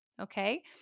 Okay